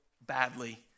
badly